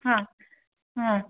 हां हं